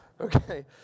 Okay